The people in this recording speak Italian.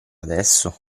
adesso